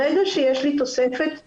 ברגע שיש תוספת לשכר,